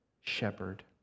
shepherd